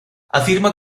afirma